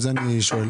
על זה אני שואל.